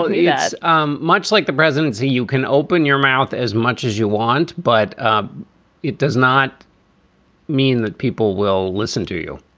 yes um much like the presidency, you can open your mouth as much as you want, but um it does not mean that people will listen to you